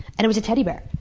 and it was a teddy bear.